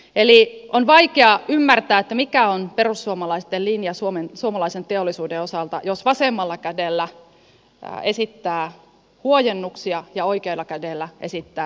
eli on vaikea ymmärtää mikä on perussuomalaisten linja suomalaisen teollisuuden osalta jos vasemmalla kädellä esittää huojennuksia ja oikealla kädellä esittää sitten lisärasitteita